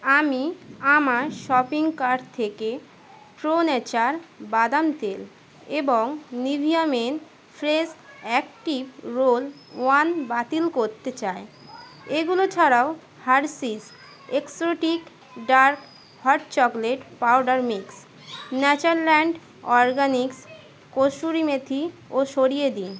আমি আমার shopping cart থেকে প্রো নেচার বাদাম তেল এবং Nivea men fresh active roll on বাতিল করতে চায় এগুলো ছাড়াও Hershey's exotic dark hot chocolate powder mix Natureland organics kasuri methi ও সরিয়ে দিন